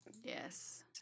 Yes